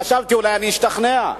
חשבתי שאולי אני אשתכנע,